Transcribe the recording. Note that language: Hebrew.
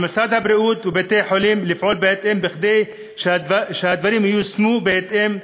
על משרד הבריאות ובתי-החולים לפעול כדי שהדברים ייושמו בהתאם.